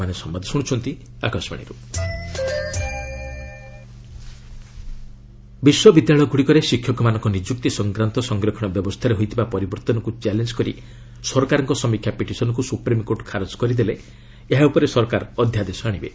ଲୋକସଭା ଜାବ୍ଡେକର ବିଶ୍ୱବିଦ୍ୟାଳୟଗୁଡ଼ିକରେ ଶିକ୍ଷକମାନଙ୍କ ନିଯୁକ୍ତି ସଂକ୍ରାନ୍ତ ସଂରକ୍ଷଣ ବ୍ୟବସ୍ଥାରେ ହୋଇଥିବା ପରିବର୍ତ୍ତନକୁ ଚ୍ୟାଲେଞ୍ଜ୍ କରି ସରକାରଙ୍କ ସମୀକ୍ଷା ପିଟିସନ୍କୁ ସୁପ୍ରିମ୍କୋର୍ଟ ଖାରଜ କରିଲେ ଏହା ଉପରେ ସରକାର ଅଧ୍ୟାଦେଶ ଆଣିବେ